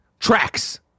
Tracks